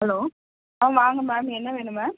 hello ஆ வாங்க ma'am என்ன வேணும் மேம்